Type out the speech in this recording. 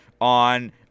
on